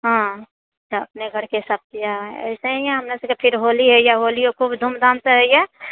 हँ तऽ अपने घरके सबचीज यऽ तहिना हमरासभकेँ होली होइए होली खूब धूमधामसँ होइए